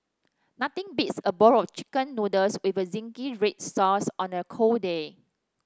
nothing beats a bowl chicken noodles with zingy red sauce on a cold day